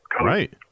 Right